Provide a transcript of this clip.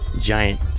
giant